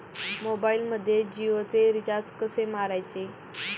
मोबाइलमध्ये जियोचे रिचार्ज कसे मारायचे?